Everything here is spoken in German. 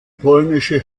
polnische